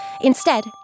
Instead